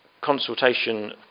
consultation